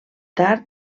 tard